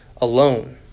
alone